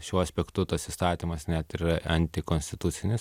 šiuo aspektu tas įstatymas net yra antikonstitucinis